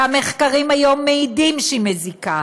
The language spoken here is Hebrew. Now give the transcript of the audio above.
והמחקרים היום מעידים שהיא מזיקה,